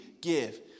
give